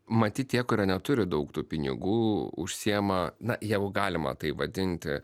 matyt tie kurie neturi daug tų pinigų užsiima na jeigu galima tai vadinti